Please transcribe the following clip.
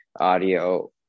audio